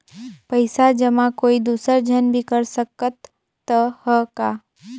पइसा जमा कोई दुसर झन भी कर सकत त ह का?